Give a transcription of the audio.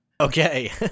Okay